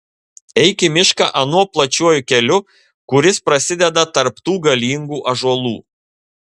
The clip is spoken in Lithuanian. eik į mišką anuo plačiuoju keliu kuris prasideda tarp tų galingų ąžuolų